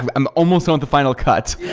i'm almost on the final cut.